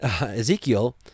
Ezekiel